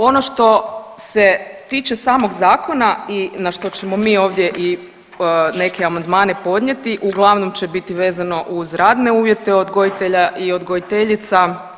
Ono što se tiče samog zakona i na što ćemo mi ovdje neke amandmane podnijeti uglavnom će biti vezano uz radne uvjete odgojitelja i odgojiteljica.